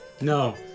No